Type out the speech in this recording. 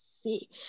see